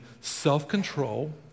self-control